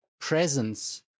presence